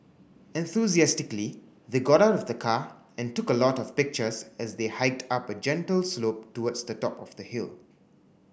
enthusiastically they got out of the car and took a lot of pictures as they hiked up a gentle slope towards the top of the hill